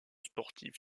sportive